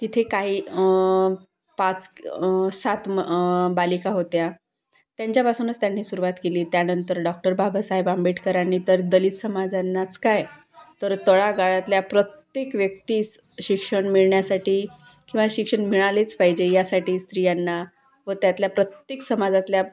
तिथे काही पाच सात बालिका होत्या त्यांच्यापासूनच त्यांनी सुरुवात केली त्यानंतर डॉक्टर बाबासाहेब आंबेडकरांनी तर दलित समाजांनाच काय तर तळागळातल्या प्रत्येक व्यक्तीस शिक्षण मिळण्यासाठी किंवा शिक्षण मिळालेच पाहिजे यासाठी स्त्रियांना व त्यातल्या प्रत्येक समाजातल्या